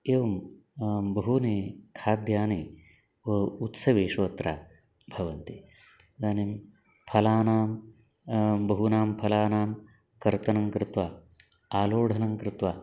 एवं बहूनि खाद्यानि व उत्सवेशु अत्र भवन्ति इदानीं फलानां बहूनां फलानां कर्तनं कृत्वा आलोढनं कृत्वा